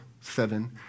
seven